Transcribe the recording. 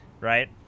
right